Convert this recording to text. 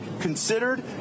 considered